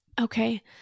Okay